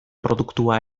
produktua